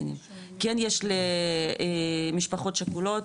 כן יש משפחות שכולות,